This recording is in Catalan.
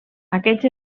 aquests